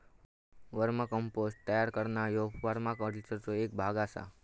वर्म compost तयार करणा ह्यो परमाकल्चरचो एक भाग आसा